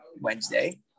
Wednesday